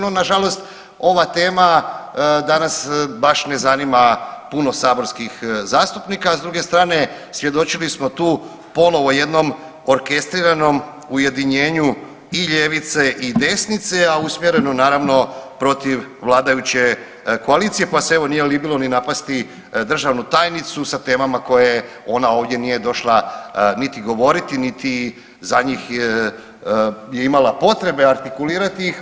No na žalost ova tema danas baš ne zanima puno saborskih zastupnika, a s druge strane svjedočili smo tu ponovno jednom orkestriranom ujedinjenju i ljevice i desnice, a usmjerenu naravno protiv vladajuće koalicije, pa se evo nije libilo ni napasti državnu tajnicu sa temama koje ona ovdje nije došla niti govoriti, niti za njih je imala potrebe artikulirati ih.